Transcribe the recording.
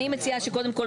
אני מציעה שקודם כל,